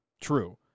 True